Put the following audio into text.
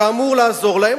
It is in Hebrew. שאמור לעזור להם,